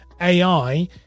ai